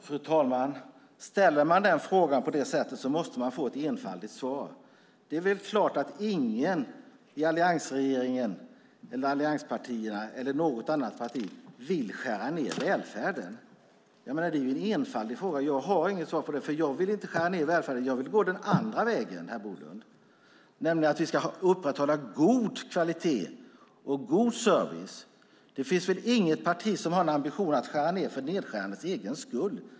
Fru talman! Ställer man frågan på det sättet måste man få ett enfaldigt svar. Det är klart att ingen i alliansregeringen eller i allianspartierna eller i något annat parti vill skära ned välfärden. Det är en enfaldig fråga. Jag har inget svar, för jag vill inte skära ned välfärden. Jag vill gå den andra vägen, herr Bolund. Vi ska upprätthålla god kvalitet och god service. Det finns väl inget parti som har en ambition att skära ned för nedskärandets egen skull?